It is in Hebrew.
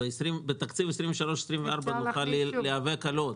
בתקציב 23-24 נוכל להיאבק על עוד.